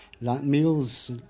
Meals